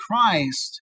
Christ